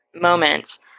moments